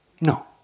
No